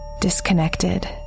disconnected